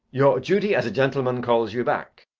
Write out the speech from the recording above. your duty as a gentleman calls you back.